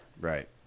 right